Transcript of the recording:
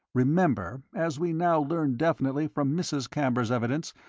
remember, as we now learn definitely from mrs. camber's evidence,